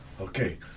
Okay